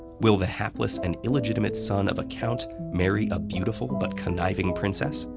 will the hapless and illegitimate son of a count marry a beautiful but conniving princess?